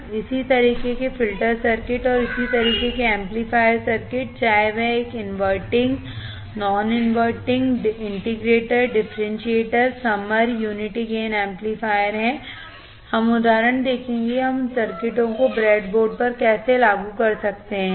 और इसी तरह के फिल्टर सर्किट और इसी तरह के एम्पलीफायर सर्किट चाहे वह एक inverting non inverting integrator differentiator summer unity gain amplifier है हम उदाहरण देखेंगे कि हम उन सर्किटों को ब्रेडबोर्ड पर कैसे लागू कर सकते हैं